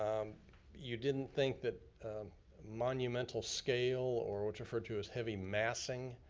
you didn't think that monumental scale or what's referred to as heavy massing,